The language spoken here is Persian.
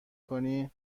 کنی